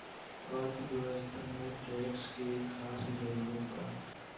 अर्थव्यवस्था में टैक्स के खास जरूरत बा